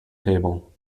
table